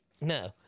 no